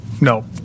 no